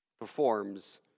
performs